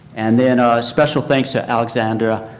and then a special thanks to alexandra.